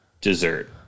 dessert